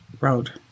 Road